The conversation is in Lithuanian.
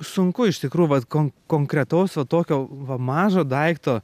sunku iš tikrųjų vat kon konkretaus va tokio va mažo daikto